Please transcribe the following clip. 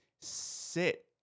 sit